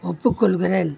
ஒப்புக்கொள்கிறேன்